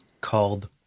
called